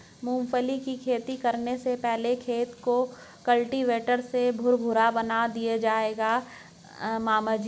मूंगफली की खेती करने से पहले खेत को कल्टीवेटर से भुरभुरा बना दीजिए मामा जी